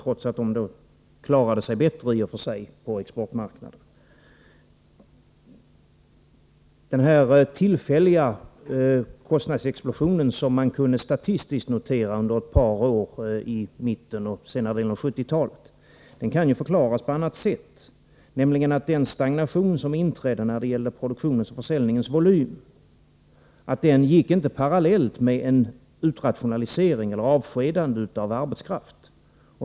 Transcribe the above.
Trots detta klarade sig de japanska företagen bättre på exportmarknaden. Den tillfälliga kostnadsexplosion som man statistiskt kunde notera under ett par år i mitten av och under senare delen av 1970-talet kan förklaras på annat sätt: den stagnation som inträdde när det gällde produktionens och försäljningens volym gick inte parallellt med en utrationalisering eller avskedanden av arbetskraft.